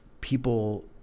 people